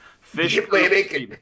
fish